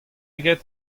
eget